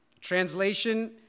Translation